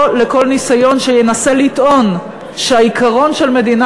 או לכל ניסיון שינסה לטעון שהעיקרון של מדינה